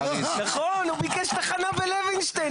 נכון, הוא ביקש תחנה בלוינשטיין.